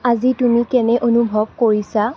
আজি তুমি কেনে অনুভৱ কৰিছা